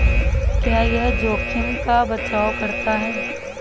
क्या यह जोखिम का बचाओ करता है?